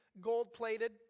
gold-plated